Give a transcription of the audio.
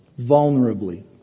Vulnerably